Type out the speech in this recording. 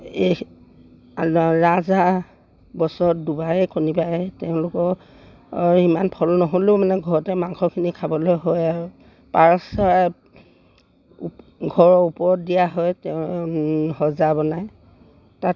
এই ৰাজহাঁহ বছৰত দুবাৰেই কণী পাৰে তেওঁলোকৰ ইমান ফল নহ'লেও মানে ঘৰতে মাংসখিনি খাবলৈ হয় আৰু পাৰ চৰাই ঘৰৰ ওপৰত দিয়া হয় তেওঁ সজা বনায় তাত